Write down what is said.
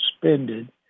suspended